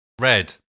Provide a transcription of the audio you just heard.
Red